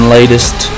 latest